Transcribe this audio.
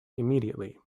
immediately